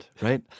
right